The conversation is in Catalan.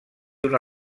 una